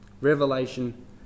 Revelation